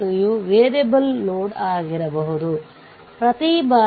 ಇದನ್ನು ಪರಿಹರಿಸಿದ ನಂತರ VThevenin ಅನ್ನು ಕಂಡುಹಿಡಿಯಬೇಕು